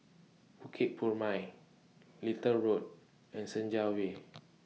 Bukit Purmei Little Road and Senja Way